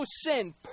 sin